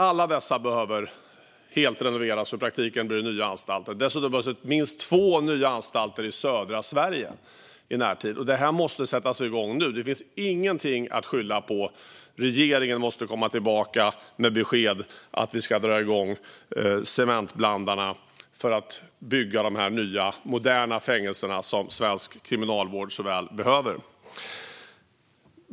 Alla dessa behöver renoveras helt så att det i praktiken blir nya anstalter. Dessutom behövs minst två nya anstalter i södra Sverige i närtid. Detta måste sättas igång nu. Det finns ingenting att skylla på. Regeringen måste komma tillbaka med besked om att vi ska dra igång cementblandarna för att bygga dessa nya moderna fängelser som svensk kriminalvård så väl behöver.